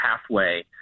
pathway